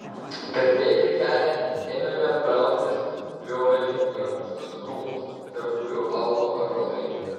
perbėgę kelią ėmėme brautis griovio link per aukštus krūmus tarp kurių augo ąžuolai